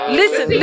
listen